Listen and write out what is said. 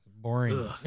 Boring